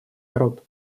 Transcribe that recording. народ